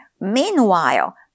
Meanwhile